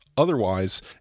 Otherwise